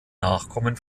nachkommen